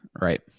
right